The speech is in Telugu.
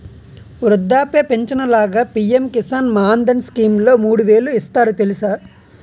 వృద్ధాప్య పించను లాగా పి.ఎం కిసాన్ మాన్ధన్ స్కీంలో మూడు వేలు ఇస్తారు తెలుసా?